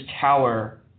tower